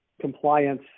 compliance